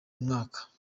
mwaka